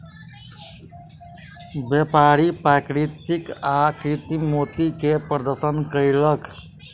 व्यापारी प्राकृतिक आ कृतिम मोती के प्रदर्शन कयलक